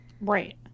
Right